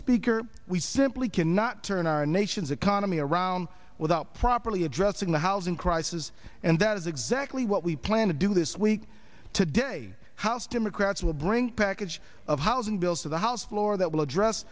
speaker we simply cannot turn our nation's economy around without properly addressing the housing crisis and that is exactly what we plan to do this week today house democrats will bring package of housing bills to the house floor that will address